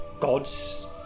gods